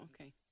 okay